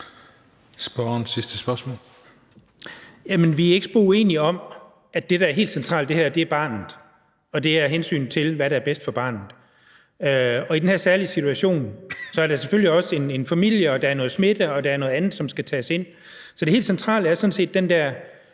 Henrik Thulesen Dahl (DF): Vi er ikke spor uenige om, at det, der er helt centralt her, er barnet og hensynet til, hvad der er bedst for barnet. Og i den her særlige situation er der selvfølgelig også en familie, noget smitte og andre ting, som skal tages i betragtning, så det helt centrale er sådan set, at